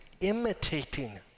imitating